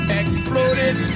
exploded